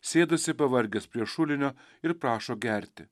sėdasi pavargęs prie šulinio ir prašo gerti